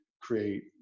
create